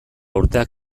urteak